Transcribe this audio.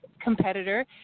competitor